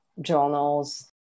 journals